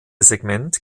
segment